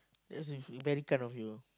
that is is very kind of you